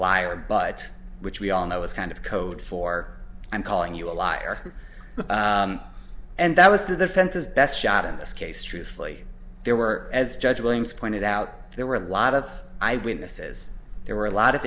liar but which we all know is kind of code for i'm calling you a liar and that was the defense's best shot in this case truthfully there were as judge williams pointed out there were a lot of eyewitnesses there were a lot of